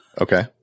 Okay